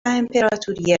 امپراتوری